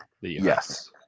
Yes